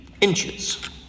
inches